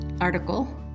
article